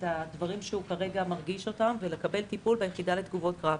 הדברים שהוא כרגע מרגיש ולקבל טיפול ביחידה לתגובות קרב.